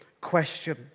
question